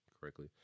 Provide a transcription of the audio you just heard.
correctly